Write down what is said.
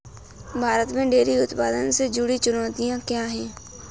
भारत में डेयरी उत्पादन से जुड़ी चुनौतियां क्या हैं?